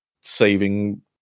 saving